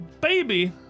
baby